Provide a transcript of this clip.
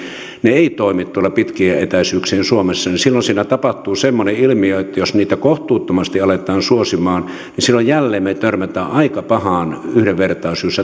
ne eivät toimi tuolla pitkien etäisyyksien suomessa silloin siinä tapahtuu semmoinen ilmiö että jos niitä kohtuuttomasti aletaan suosimaan niin silloin me jälleen törmäämme aika pahaan yhdenvertaisuus